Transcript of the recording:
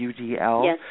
UDL